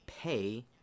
pay